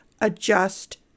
adjust